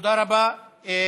תודה רבה.